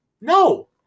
No